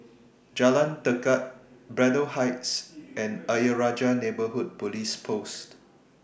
Jalan Tekad Braddell Heights and Ayer Rajah Neighbourhood Police Post